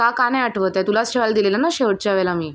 का का नाही आठवतं आहे तुलाच ठेवायला दिलेलं ना शेवटच्या वेळेला मी